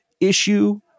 issue